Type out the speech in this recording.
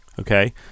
okay